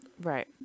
Right